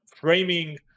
framing